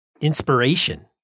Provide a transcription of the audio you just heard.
inspiration